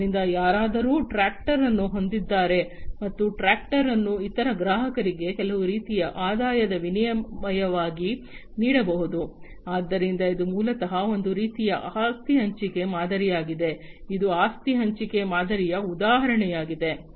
ಆದ್ದರಿಂದ ಯಾರಾದರೂ ಟ್ರ್ಯಾಕ್ಟರ್ ಅನ್ನು ಹೊಂದಿದ್ದಾರೆ ಮತ್ತು ಆ ಟ್ರಾಕ್ಟರ್ ಅನ್ನು ಇತರ ಗ್ರಾಹಕರಿಗೆ ಕೆಲವು ರೀತಿಯ ಆದಾಯದ ವಿನಿಮಯವಾಗಿ ನೀಡಬಹುದು ಆದ್ದರಿಂದ ಇದು ಮೂಲತಃ ಒಂದು ರೀತಿಯ ಆಸ್ತಿ ಹಂಚಿಕೆ ಮಾದರಿಯಾಗಿದೆ ಇದು ಆಸ್ತಿ ಹಂಚಿಕೆ ಮಾದರಿಯ ಉದಾಹರಣೆಯಾಗಿದೆ